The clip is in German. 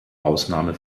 ausnahme